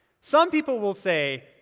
some people will say,